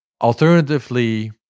Alternatively